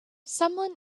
someone